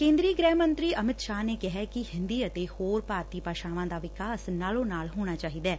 ਕੇਂਦਰੀ ਗ੍ਰਹਿ ਮੰਤਰੀ ਅਮਿਤ ਸ਼ਾਹ ਨੇ ਕਿਹੈ ਕਿ ਹਿੰਦੀ ਅਤੇ ਹੋਰ ਭਾਰਤੀ ਭਾਸ਼ਾਵਾਂ ਦਾ ਵਿਕਾਸ ਨਾਲੋਂ ਨਾਲ ਹੋਣਾ ਚਾਹੀਦੈ